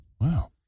Wow